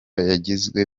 yagizwe